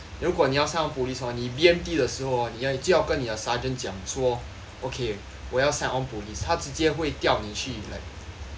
如果你要 sign on police hor 你 B_M_T 的时候 hor 你要你就要跟你的 sergeant 讲说 okay 我要 sign on police 他直接会调你去 like